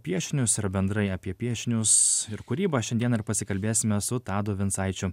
piešinius ir bendrai apie piešinius ir kūrybą šiandieną ir pasikalbėsime su tadu vincaičiu